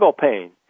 pain